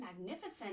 magnificent